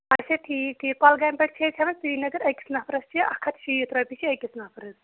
اچھا ٹھیٖک ٹھیٖک کۄلگامۍ پٮ۪ٹھ فیرِس چھِ ہیوان سِرینگر أکِس نَفرَس یہِ اَکھ ہَتھ شیٖتھ رۄپیہٕ چھِ أکِس نَفرَس